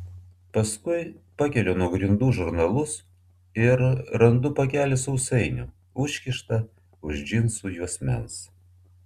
paskui pakeliu nuo grindų žurnalus ir randu pakelį sausainių užkištą už džinsų juosmens